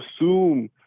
assume